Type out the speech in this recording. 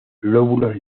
lóbulos